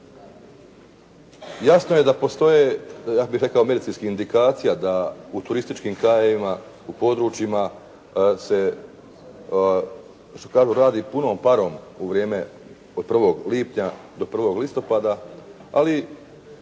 Jasno je da postoje ja bih rekao medicinski indikacija da u turističkim krajevima, u područjima se što kažu “radi punom parom“ u vrijeme od 1. lipnja do 1. listopada. Ali